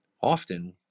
often